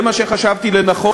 זה מה שחשבתי לנכון.